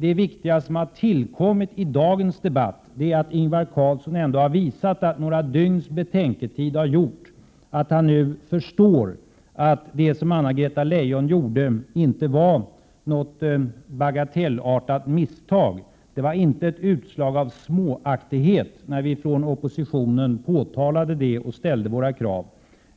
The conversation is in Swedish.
Det viktiga som har tillkommit i dagens debatt är enligt min mening att Ingvar Carlsson efter några dygns betänketid har visat att han nu förstår att det som Anna-Greta Leijon gjorde inte var ett bagatellartat misstag. Det var alltså inte ett utslag av småaktighet när vi i oppositionen påtalade det och ställde våra krav,